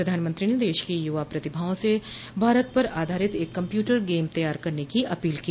प्रधानमंत्री ने देश की यवा प्रतिभाओं से भारत पर आधारित कम्प्यूटर गेम तैयार करने की अपील की